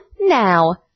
now